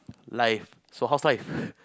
like so how's life